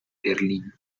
berlín